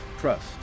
Trust